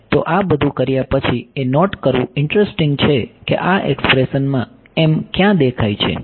તો આ બધું કર્યા પછી એ નોટ કરવું ઈંટરેસ્ટીગ છે કે આ એક્સપ્રેશનમાં m ક્યાં દેખાય છે